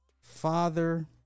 father